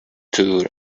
tour